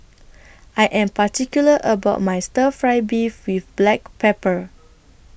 I Am particular about My Stir Fry Beef with Black Pepper